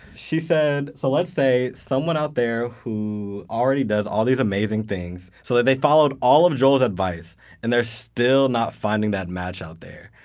she said, so let's say someone out there already does all these amazing things, so they they followed all of joel's advice and they're still not finding that match out there.